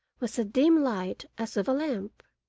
was a dim light as of a lamp.